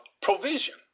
provision